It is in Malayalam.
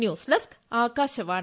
news desk Akashvani